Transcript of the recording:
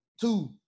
two